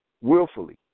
willfully